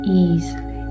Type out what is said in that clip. easily